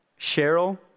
Cheryl